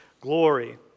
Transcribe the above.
glory